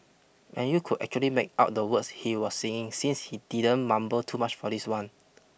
and you could actually make out the words he was singing since he didn't mumble too much for this one